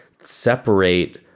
separate